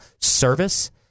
service